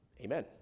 Amen